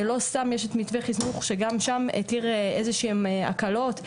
לא סתם יש את מתווה חינוך שגם שם התיר איזה שהן הקלות.